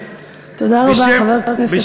תודה רבה, חבר הכנסת פריג'.